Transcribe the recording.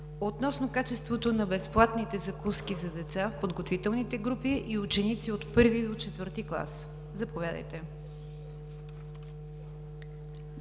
относно качеството на безплатните закуски за деца в подготвителните групи и ученици от първи до четвърти клас. Заповядайте,